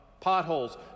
potholes